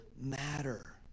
matter